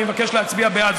אני מבקש להצביע בעד.